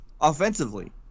offensively